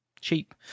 cheap